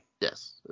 Yes